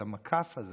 את המקף הזה